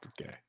Okay